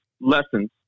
lessons